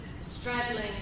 straddling